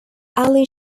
ally